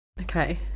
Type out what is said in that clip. Okay